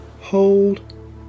hold